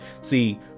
see